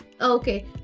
Okay